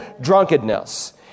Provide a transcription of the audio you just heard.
drunkenness